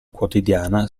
quotidiana